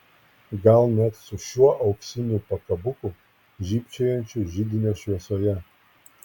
gal net su šiuo auksiniu pakabuku žybčiojančiu židinio šviesoje